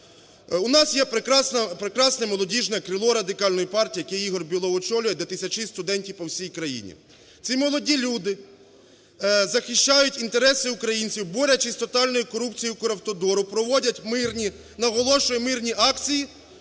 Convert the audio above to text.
У нас є прекрасне молодіжне крило Радикальної партії, яке Ігор Бєлов очолює, де тисячі студентів по всій країні. Ці молоді люди захищають інтереси українців, борючись з тотальною корупцією "Укравтодору", проводять мирні, наголошую, мирні акції.